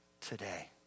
today